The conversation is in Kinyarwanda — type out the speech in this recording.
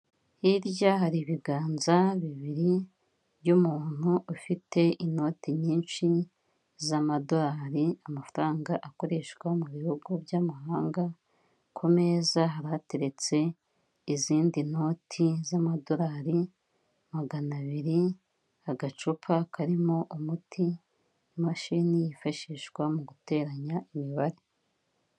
Hirya hari ibiganza bibiri by'umuntu ufite inoti nyinshi z'amadolari, amafaranga akoreshwa mu bihugu by'amahanga. Ku meza haba hateretse izindi noti z'amadolari magana abiri, agacupa karimo umuti, imashini yifashishwa mu guteranya imibare.